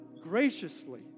graciously